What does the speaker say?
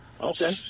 Okay